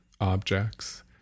Objects